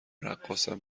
رقاصم